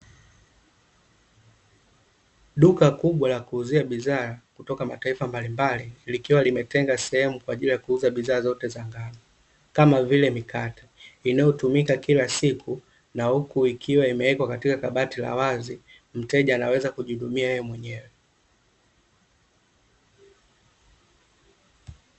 Duka kubwa la kuuzia bidhaa kutoka mataifa mbalimbali likiwa limetenga sehemu kwa ajili ya kuuza bidhaa zote za ngano kama vile mikate inayotumika kila siku na huku ikiwa imewekwa katika kabati la wazi, mteja anaweza kujihudumia yeye mwenyewe .